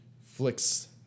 flicks